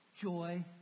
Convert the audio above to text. joy